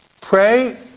pray